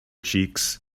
cheeks